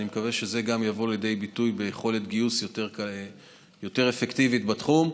אני מקווה שזה גם יבוא לידי ביטוי ביכולת גיוס יותר אפקטיבית בתחום.